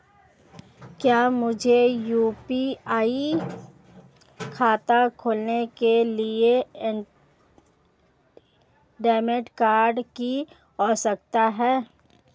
क्या मुझे यू.पी.आई खाता खोलने के लिए डेबिट कार्ड की आवश्यकता है?